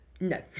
No